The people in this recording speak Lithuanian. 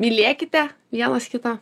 mylėkite vienas kitą